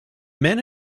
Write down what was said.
men